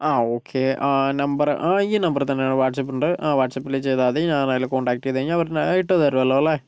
അ okay ആ number ആ ഈ നമ്പറിൽ തന്നെ വാട്സപ്പ് ഉണ്ട് ആ വാട്സപ്പില് ചെയ്താൽ മതി ഞാൻ അതില് കോണ്ടാക്റ്റ് ചെയ്ത് കഴിഞ്ഞാൽ അവര് നേരിട്ട് തരുമല്ലൊ അല്ലെ